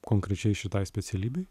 konkrečiai šitai specialybei